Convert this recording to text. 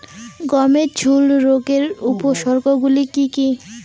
গমের ঝুল রোগের উপসর্গগুলি কী কী?